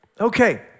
Okay